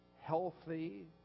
healthy